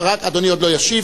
אדוני עוד לא ישיב.